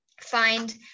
find